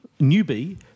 newbie